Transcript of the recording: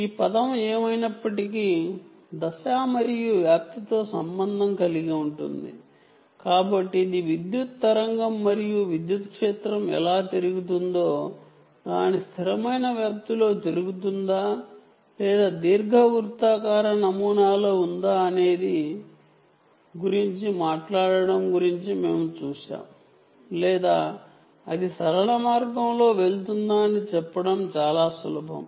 ఈ పదం ఏమైనప్పటికీ ఆంప్లిట్యూడ్ మరియు ఫేజ్ తో సంబంధం కలిగి ఉంటుంది కాబట్టి ఇది ఎలక్ట్రిక్ వేవ్ మరియు విద్యుత్ క్షేత్రం ఎలా తిరుగుతుందో దాని స్థిరమైన ఆంప్లిట్యూడ్ లో తిరుగుతుందా లేదా దీర్ఘవృత్తాకార నమూనాలో ఉందా లేదా అనే దాని గురించి మాట్లాడటం గురించి మేము చూశాము లేదా అది సరళ మార్గంలో వెళుతుందా అని చెప్పడం చాలా సులభం